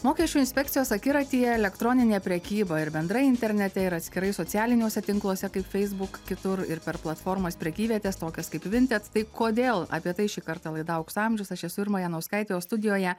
mokesčių inspekcijos akiratyje elektroninė prekyba ir bendrai internete ir atskirai socialiniuose tinkluose kaip facebook kitur ir per platformas prekyvietes tokias kaip vinted tai kodėl apie tai šį kartą laida aukso amžius aš esu irma janauskaitė o studijoje